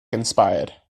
inspired